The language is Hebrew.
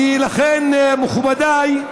ולכן, מכובדיי,